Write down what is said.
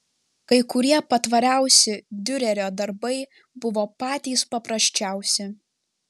kai kurie patvariausi diurerio darbai buvo patys paprasčiausi